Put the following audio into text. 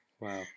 Wow